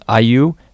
iu